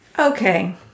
Okay